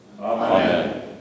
Amen